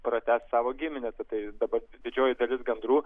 pratęst savo giminę tatai dabar didžioji dalis gandrų